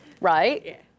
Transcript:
right